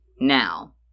Now